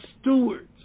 stewards